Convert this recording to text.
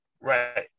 Right